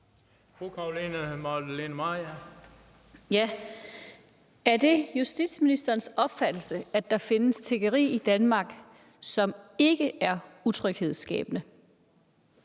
Er det justitsministerens opfattelse, at der findes tiggeri i Danmark, som ikke er utryghedsskabende?